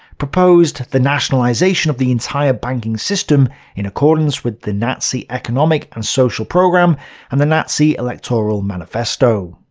proposed the nationalization of the entire banking system in accordance with the nazi economic and social program and the nazi electoral manifesto.